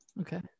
Okay